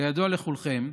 כידוע לכולכם,